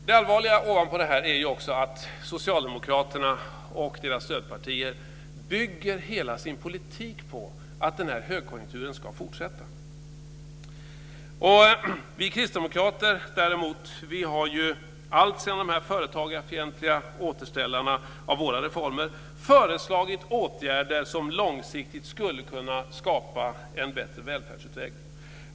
Det allvarliga är också att socialdemokraterna och deras stödpartier bygger hela sin politik på att den här högkonjunkturen ska fortsätta. Vi kristdemokrater däremot har, alltsedan de företagarfientliga återställarna av våra reformer, föreslagit åtgärder som långsiktigt skulle kunna skapa en bättre välfärdsutveckling.